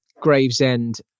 gravesend